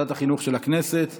שלקח לנו עשרות שנים להביא אותו למעמד